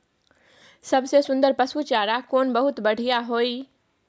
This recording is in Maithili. सबसे सुन्दर पसु चारा कोन बहुत बढियां होय इ?